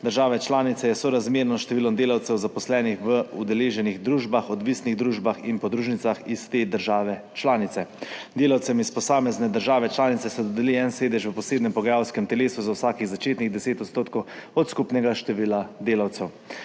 države članice je sorazmerno s številom delavcev, zaposlenih v udeleženih družbah, odvisnih družbah in podružnicah iz te države članice. Delavcem iz posamezne države članice se dodeli en sedež v posebnem pogajalskem telesu za vsakih začetnih 10 % od skupnega števila delavcev.